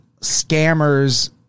scammers